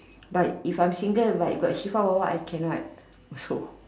but if I'm single and like got see for !wah! !wah! I cannot so